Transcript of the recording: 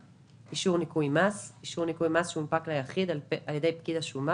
"אישור ניכוי מס" אישור ניכוי מס שהונפק ליחיד על ידי פקיד השומה